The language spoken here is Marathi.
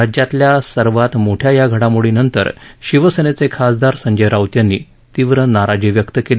राज्यातल्या सर्वात मोठ्या या घडामोडीनंतर शिवसेनेचे खासदार संजय राऊत यांनी तीव्र नाराजी व्यक्त केली